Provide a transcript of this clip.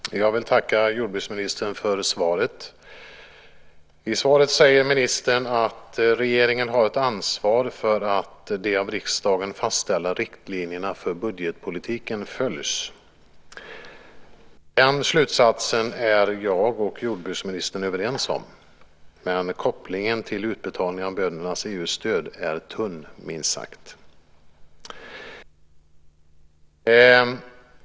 Fru talman! Jag vill tacka jordbruksministern för svaret. I svaret säger ministern att regeringen har ett ansvar för att de av riksdagen fastställda riktlinjerna för budgetpolitiken följs. Den slutsatsen är jag och jordbruksministern överens om. Men kopplingen till utbetalning av böndernas EU-stöd är tunn minst sagt.